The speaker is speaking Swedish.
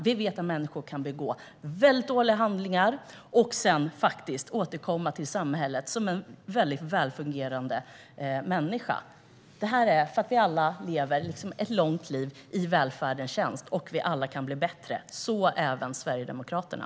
Vi vet att en människa kan begå dåliga handlingar och sedan återkomma till samhället som en väl fungerande person. Vi lever alla ett långt liv i välfärdens tjänst, och vi kan alla bli bättre, så även Sverigedemokraterna.